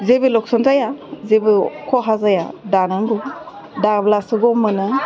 जेबो लकसन जाया जेबो खहा जाया दानांगौ दाब्लासो गम मोनो